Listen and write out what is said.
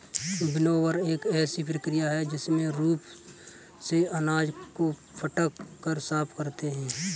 winnower एक ऐसी प्रक्रिया है जिसमें रूप से अनाज को पटक कर साफ करते हैं